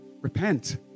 Repent